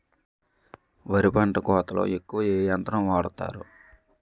వరి పంట కోతలొ ఎక్కువ ఏ యంత్రం వాడతారు?